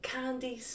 Candy